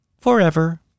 forever